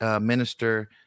Minister